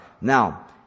Now